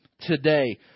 today